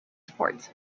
support